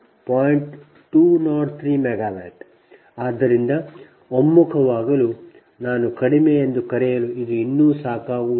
ಆದ್ದರಿಂದ ಒಮ್ಮುಖವಾಗಲು ನಾನು ಕಡಿಮೆ ಎಂದು ಕರೆಯಲು ಇದು ಇನ್ನೂ ಸಾಕಾಗುವುದಿಲ್ಲ